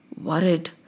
worried